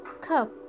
cup